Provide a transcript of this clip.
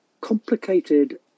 complicated